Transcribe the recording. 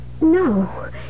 No